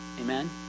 Amen